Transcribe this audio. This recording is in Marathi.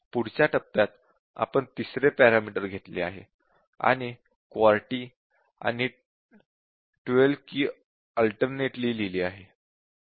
पुढच्या टप्प्यात आपण तिसरे पॅरामीटर घेतले आहे आणि QWERTY 12 key ऑल्टर्निट्ली लिहिले आहे